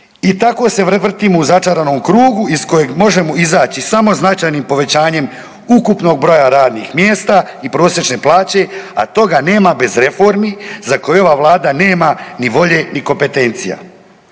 I tako se vrtimo u začaranom krugu iz kojeg možemo izaći samo značajnim povećanjem ukupnog broja radnih mjesta i prosječne plaće a toga nema bez reformi za koje ova Vlada ne, ma ni volje ni kompetencija.